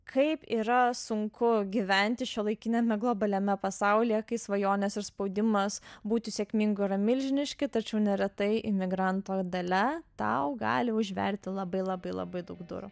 kaip yra sunku gyventi šiuolaikiniame globaliame pasaulyje kai svajonės ir spaudimas būti sėkmingu yra milžiniški tačiau neretai imigranto dalia tau gali užverti labai labai labai daug durų